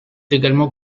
également